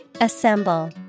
Assemble